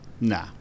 Nah